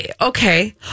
Okay